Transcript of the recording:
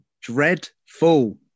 Dreadful